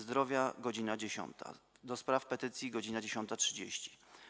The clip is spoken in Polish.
Zdrowia - godz. 10, - do Spraw Petycji - godz. 10.30,